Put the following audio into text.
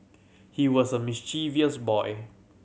he was a mischievous boy